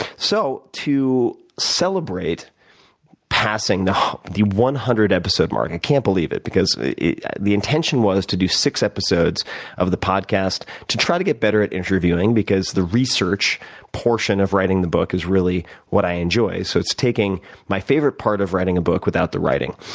so to celebrate passing the the one hundred episode mark i and can't believe it, because the the intention was to do six episodes of the podcast to try to get better at interviewing, because the research portion of writing the book was really what i enjoy. so it's taking my favorite part of writing a book without the writing.